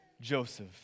Joseph